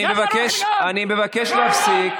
אני מבקש, אני מבקש, חבר הכנסת טיבי.